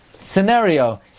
scenario